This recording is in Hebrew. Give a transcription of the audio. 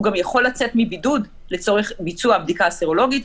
הוא גם יכול לצאת מבידוד לצורך הבדיקה הסרולוגית,